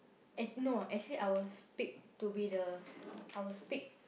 eh no actually I was picked to be the I was picked